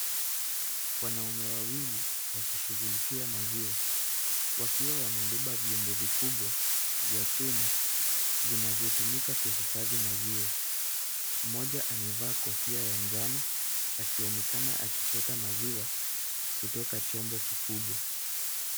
Wanaume wawili wakishughulikia maziwa, wakiwa wamebeba vyombo vikubwa vya chuma, vinavyotumika kuhifadhi maziwa. Mmoja amevaa kofia ya njano, akionekana akichota maziwa kutoka chombo kikubwa.